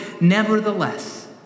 nevertheless